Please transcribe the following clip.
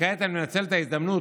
וכעת אני מנצל את ההזדמנות,